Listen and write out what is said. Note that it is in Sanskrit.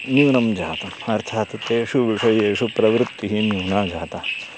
न्यूनं जातम् अर्थात् तेषु विषयेषु प्रवृत्तिः न्यूना जाता